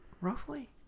Roughly